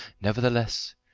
Nevertheless